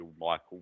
Michael